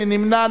מי נמנע?